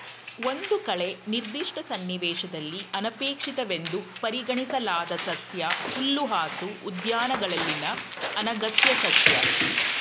ಒಂದು ಕಳೆ ನಿರ್ದಿಷ್ಟ ಸನ್ನಿವೇಶದಲ್ಲಿ ಅನಪೇಕ್ಷಿತವೆಂದು ಪರಿಗಣಿಸಲಾದ ಸಸ್ಯ ಹುಲ್ಲುಹಾಸು ಉದ್ಯಾನಗಳಲ್ಲಿನ ಅನಗತ್ಯ ಸಸ್ಯ